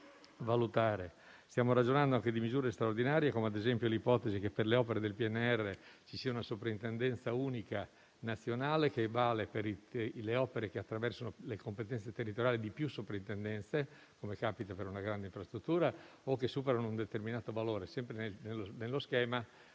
Stiamo ragionando anche di misure straordinarie, come ad esempio l'ipotesi che per le opere del PNRR ci sia una soprintendenza unica nazionale che vale per le opere che attraversano le competenze territoriali di più soprintendenze, come capita per una grande infrastruttura o per quelle che superano un determinato valore, sempre nell'idea